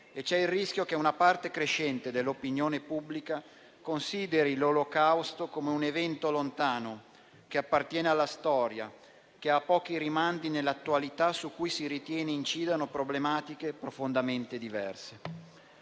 e c'è il rischio che una parte crescente dell'opinione pubblica consideri l'Olocausto come un evento lontano che appartiene alla storia e al quale l'attualità ha pochi rimandi perché si ritiene che su di essa incidano problematiche profondamente diverse.